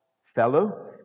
fellow